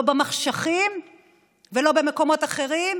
לא במחשכים ולא במקומות אחרים,